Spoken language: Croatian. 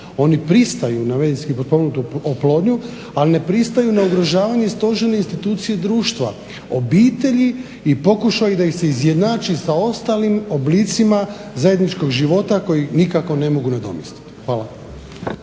Oni pristaju na medicinski pomognutu oplodnju ali ne pristaju na ugrožavanja stožerne institucije društva obitelji i pokušaju da ih se izjednači sa ostalim oblicima zajedničkog života koji nikako ne mogu nadomjestiti. Hvala.